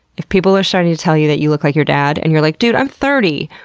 if people are starting to tell you that you look like your dad and you're like, dude, i'm thirty!